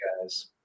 guys